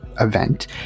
event